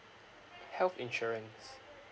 health insurance